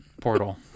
portal